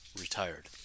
retired